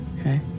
okay